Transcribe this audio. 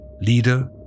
leader